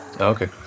Okay